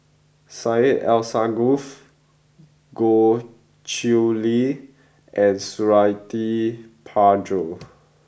Syed Alsagoff Goh Chiew Lye and Suradi Parjo